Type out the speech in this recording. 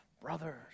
brothers